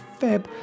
Feb